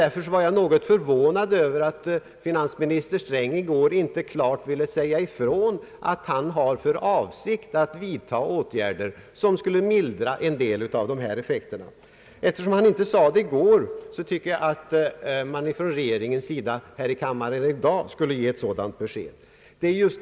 Därför var jag något förvånad över att finansminister Sträng i går inte klart ville säga ifrån att han har för avsikt att vidta åtgärder som skulle mildra en del av dessa effekter. Eftersom han inte sade det i går tycker jag att man från regeringens sida i dag i kammaren skall ge ett sådant besked.